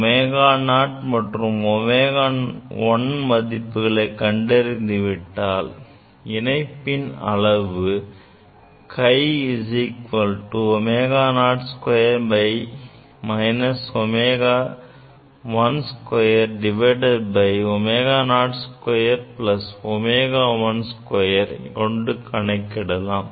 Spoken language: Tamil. ω0 and ω1 மதிப்புகளை கண்டறிந்துவிட்டால் இணைப்பின் அளவு χ ω02 ω12ω02 ω12 கொண்டு கணக்கிடலாம்